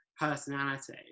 personality